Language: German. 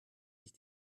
sich